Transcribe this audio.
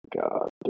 God